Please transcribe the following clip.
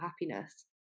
happiness